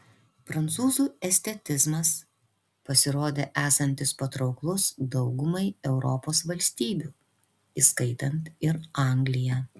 prancūzų estetizmas pasirodė esantis patrauklus daugumai europos valstybių įskaitant ir angliją